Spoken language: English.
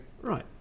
right